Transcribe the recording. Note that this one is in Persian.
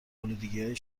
الودگیهای